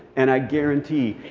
and i guarantee,